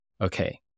Okay